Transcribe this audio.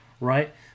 right